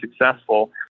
successful